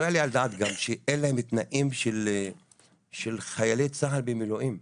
לא יעלה על הדעת גם שאין להם תנאים של חיילי צה"ל במילואים,